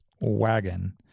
wagon